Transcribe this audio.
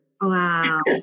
Wow